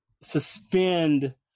suspend